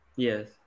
Yes